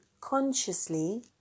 consciously